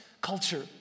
culture